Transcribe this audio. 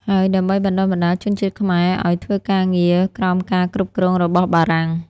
ហើយដើម្បីបណ្តុះបណ្តាលជនជាតិខ្មែរឱ្យធ្វើការងារក្រោមការគ្រប់គ្រងរបស់បារាំង។